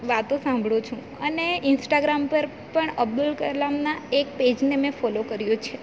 વાતો સાંભળું છું અને ઇન્સ્ટાગ્રામ પર પણ અબ્દુલ કલામના એક પેજને મેં ફોલો કર્યું છે